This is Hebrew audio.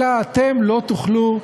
אלא אתם לא תוכלו,